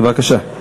בבקשה.